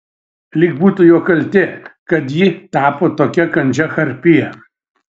lyg būtų jo kaltė kad ji tapo tokia kandžia harpija